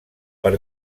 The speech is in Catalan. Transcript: per